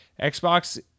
Xbox